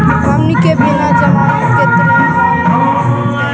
हमनी के बिना जमानत के ऋण माने लोन मिलतई?